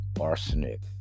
Arsenic